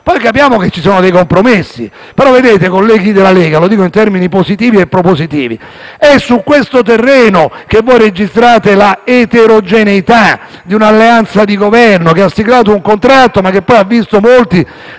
Capiamo che ci sono dei compromessi, però mi rivolgo ai colleghi della Lega - lo dico in termini positivi e propositivi - per dire che è su questo terreno che voi registrate la eterogeneità di un'alleanza di Governo che ha siglato un contratto, ma che poi ha visto molti